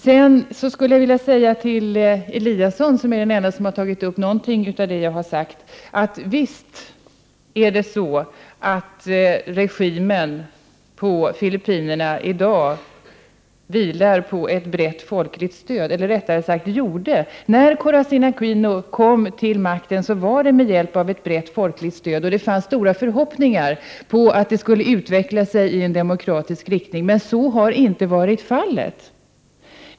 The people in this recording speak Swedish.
Sedan skulle jag vilja säga till Ingemar Eliasson, som är den ende som har tagit upp något av vad jag yttrat, att visst vilar Filippinernas regim i dag på ett brett folkligt stöd. Eller rättare sagt: När Corazön Aquino kom till makten var det med hjälp av ett brett folkligt stöd, och det fanns stora förhoppningar om att det skulle bli en utveckling i demokratisk riktning. Men så har inte skett.